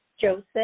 Joseph